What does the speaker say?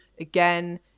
again